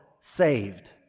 saved